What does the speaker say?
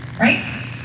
Right